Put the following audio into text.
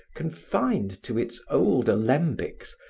confined to its old alambics,